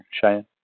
Cheyenne